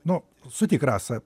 nu sutik rasa